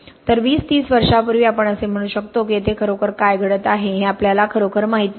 तर 20 30 वर्षांपूर्वी आपण असे म्हणू शकतो की येथे खरोखर काय घडत आहे हे आपल्याला खरोखर माहित नाही